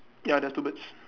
ya there's two birds